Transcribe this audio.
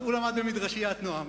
אז הוא למד ב"מדרשיית נעם".